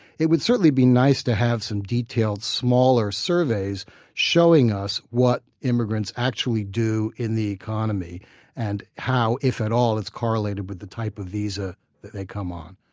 it would certainly be nice to have some detailed smaller surveys showing us what immigrants actually do in the economy and how, if at all, it's correlated with the type of visa that they come on.